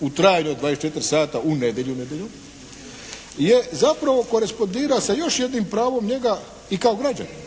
u trajanju od 24 sata u nedjelju nedjeljom je zapravo korespondira sa još jednim pravom njega i kao građanina.